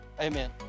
Amen